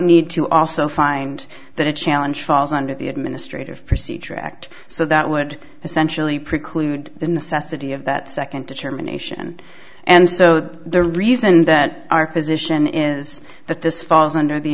need to also find that a challenge falls under the administrative procedure act so that would essentially preclude the necessity of that second determination and so the reason that our position is that this falls under the